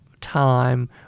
time